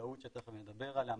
הזדהות שתיכף אני אדבר עליה,